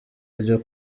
ryo